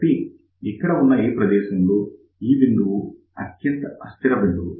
కాబట్టి ఇక్కడ ఉన్న ఈ ప్రదేశంలో ఈ బిందువు అత్యంత అస్థిర బిందువు